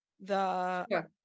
the-